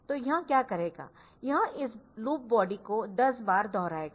तो यह क्या करेगा यह इस लूप बॉडी को 10 बार दोहराएगा